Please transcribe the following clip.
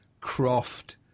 Croft